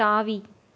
தாவி